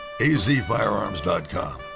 azfirearms.com